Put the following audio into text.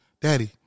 Daddy